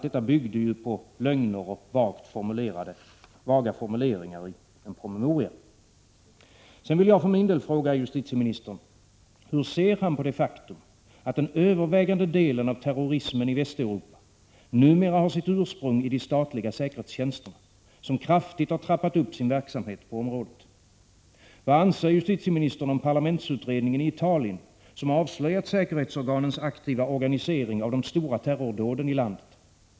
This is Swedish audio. Detta byggde ju på lögner och vaga formuleringar i en promemoria. Vidare vill jag för min del fråga justitieministern: Hur ser han på det faktum att den övervägande delen av terrorismen i Västeuropa numera har sitt ursprung i de statliga säkerhetstjänsterna, som kraftigt trappat upp sin verksamhet på området. Vad anser justitieministern om parlamentsutredningen i Italien, som avslöjat säkerhetsorganens aktiva organisering av de stora terrordåden i landet.